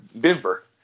Denver